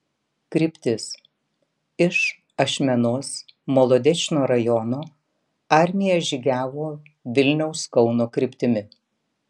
kryptis iš ašmenos molodečno rajono armija žygiavo vilniaus kauno kryptimi